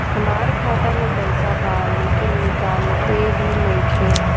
हमार खाता मे पईसा बा लेकिन निकालते ही नईखे?